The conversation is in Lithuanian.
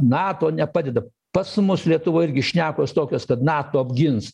nato nepadeda pas mus lietuvoj irgi šnekos tokios kad nato apgins